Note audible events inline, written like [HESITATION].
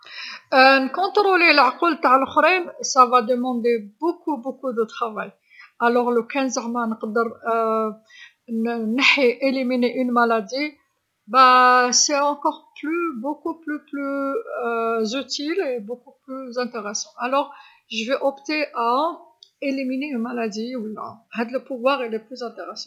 [HESITATION] نكونترولي لعقول تع لوخرين راح تطلب بزاف بزاف الخدمه، لكن لوكان زعما نقدر [HESITATION] ن-نحي نإليميني مرض، هي كثر بزاف بزاف مفيد، كثر بزاف مهم، إذا نختار نإيليميني مرض و لا، هذي القدره مهمه كثر.